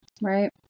Right